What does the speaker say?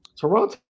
Toronto